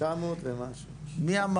900 ומשהו.